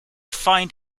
find